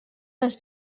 dels